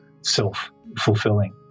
self-fulfilling